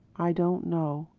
i don't know,